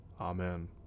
Amen